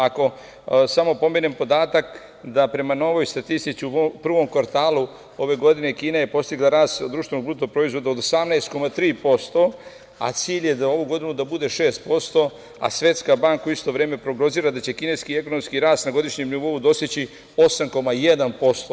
Ako samo pomenem podatak da prema novoj statistici u prvom kvartalu ove godine Kina je postigla rast BDP-a od 18,3%, a cilj je za ovu godinu da bude 6%, a Svetska banka u isto vreme prognozira da će kineski ekonomski rast na godišnjem nivou dostići 8,1%